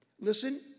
Listen